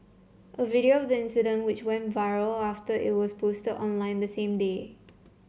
a video of the incident which went viral after it was posted online the same day